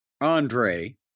Andre